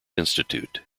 institute